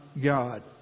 God